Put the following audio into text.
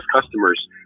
customers